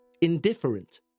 indifferent